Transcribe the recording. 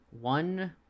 one